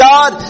God